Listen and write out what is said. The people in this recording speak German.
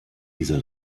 dieser